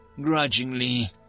grudgingly